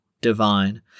Divine